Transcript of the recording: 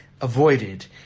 avoided